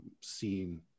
seen